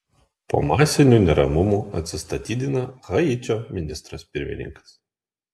po masinių neramumų atsistatydina haičio ministras pirmininkas